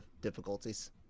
difficulties